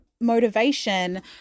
motivation